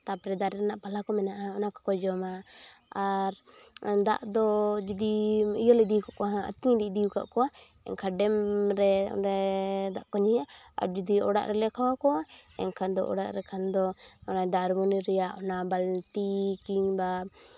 ᱛᱟᱨᱯᱚᱨᱮ ᱫᱟᱨᱮ ᱨᱮᱱᱟᱜ ᱯᱟᱞᱦᱟ ᱠᱚ ᱢᱮᱱᱟᱜᱼᱟ ᱚᱱᱟ ᱠᱚᱠᱚ ᱡᱚᱢᱟ ᱟᱨ ᱫᱟᱜ ᱫᱚ ᱡᱩᱫᱤᱢ ᱤᱭᱟᱹᱞᱮᱢ ᱤᱫᱤ ᱠᱚᱣᱟ ᱦᱟᱸᱜ ᱟᱹᱛᱤᱧ ᱞᱮ ᱤᱫᱤ ᱠᱟᱜ ᱠᱚᱣᱟ ᱮᱱᱠᱷᱟᱱ ᱰᱮᱢ ᱨᱮ ᱚᱸᱰᱮ ᱫᱟᱜ ᱠᱚ ᱧᱩᱭᱟ ᱟᱨ ᱡᱩᱫᱤ ᱚᱲᱟᱜ ᱨᱮᱞᱮ ᱠᱷᱟᱣᱟᱣ ᱠᱚᱣᱟ ᱮᱱᱠᱷᱟᱱ ᱫᱚ ᱚᱲᱟᱜ ᱨᱮᱠᱷᱟᱱ ᱫᱚ ᱚᱱᱟ ᱫᱟᱨᱢᱚᱱᱤ ᱨᱮᱭᱟᱜ ᱚᱱᱟ ᱵᱟᱹᱞᱛᱤ ᱠᱤᱢᱵᱟ